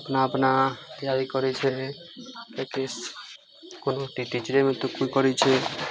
अपना अपना तैयारी करै छै प्रैक्टिस कोनो टीचरेमे तऽ कोइ करै छै